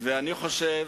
ואני חושב